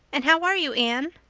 and how are you, anne?